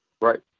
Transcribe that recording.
right